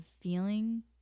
feeling